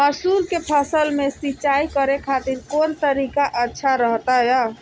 मसूर के फसल में सिंचाई करे खातिर कौन तरीका अच्छा रहतय?